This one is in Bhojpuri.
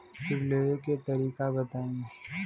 ऋण लेवे के तरीका बताई?